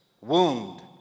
wound